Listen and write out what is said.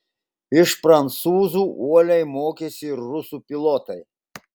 iš prancūzų uoliai mokėsi ir rusų pilotai